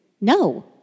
No